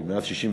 כי מאז 1967,